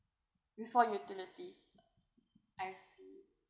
before utilities I see